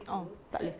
oh tak boleh